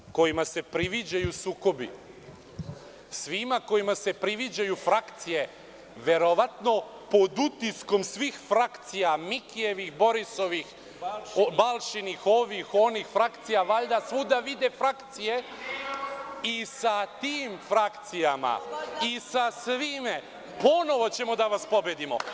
Svima kojima se priviđaju sukobi, svima kojima se priviđaju frakcije, verovatno pod utiskom svih frakcija Mikijevih, Borisovih, Balšinih, ovih, onih frakcija, valjda svuda vide frakcije i sa tim frakcijama ponovo ćemo da vas pobedimo.